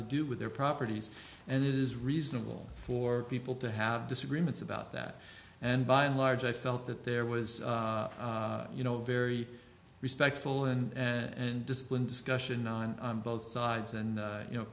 to do with their properties and it is reasonable for people to have disagreements about that and by and large i felt that there was you know very respectful and disciplined discussion on both sides and you know